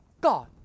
God